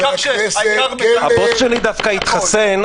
העיקר --- הבוס שלי דווקא התחסן,